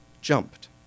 jumped